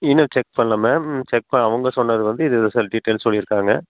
இன்னும் செக் பண்ணலை ma'am check பண்ண அவங்க சொன்னது வந்து இது சில டீட்டெய்ல்ஸ் சொல்லியிருக்காங்க